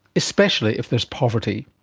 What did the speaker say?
especially if there is poverty.